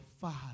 Father